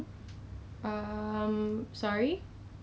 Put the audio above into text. then we just wear like as if nothing happened but actually is